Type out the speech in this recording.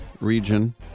region